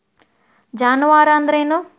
ಜಾನುವಾರು ಅಂದ್ರೇನು?